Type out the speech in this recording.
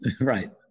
right